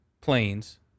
planes